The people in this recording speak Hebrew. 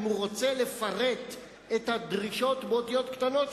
אם הוא רוצה לפרט את הדרישות באותיות קטנות,